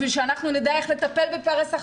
בשביל שאנחנו נדע איך לטפל בפערי שכר